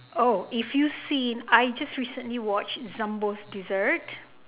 oh if you seen I just recently watched zumbo's desserts